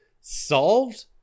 solved